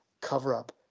cover-up